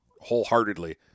wholeheartedly